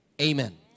Amen